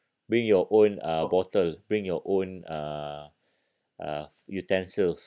bring your own uh bottle bring your own uh uh utensils